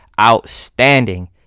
outstanding